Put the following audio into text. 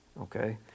Okay